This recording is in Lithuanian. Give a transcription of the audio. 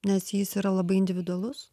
nes jis yra labai individualus